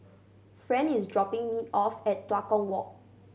friend is dropping me off at Tua Kong Walk